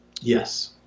Yes